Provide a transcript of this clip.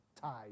ties